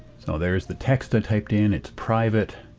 so there's the text i typed in, it's private,